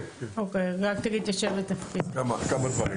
כן, כמה דברים.